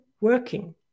working